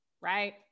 right